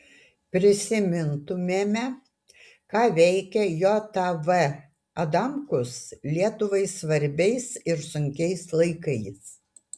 prisimintumėme ką veikė jav adamkus lietuvai svarbiais ir sunkiais laikais